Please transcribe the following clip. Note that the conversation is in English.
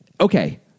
okay